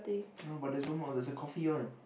no but there's no more there's the coffee one